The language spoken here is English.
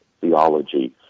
theology